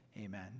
Amen